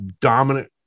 dominant